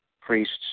priests